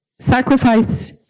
Sacrifice